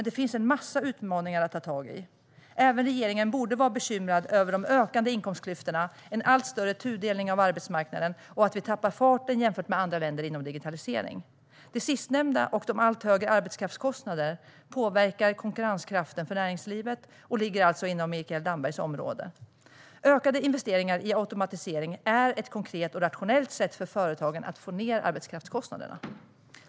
Det finns dock en massa utmaningar att ta tag i. Även regeringen borde vara bekymrad över de ökande inkomstklyftorna, en allt större tudelning på arbetsmarknaden och att vi tappar fart jämfört med andra länder inom digitaliseringen. Det sistnämnda och de allt högre arbetskraftskostnaderna påverkar konkurrenskraften för näringslivet, och detta ligger inom Mikael Dambergs område. Ökade investeringar i automatisering är ett konkret och rationellt sätt för företagen att få ned arbetskraftskostnaderna.